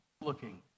looking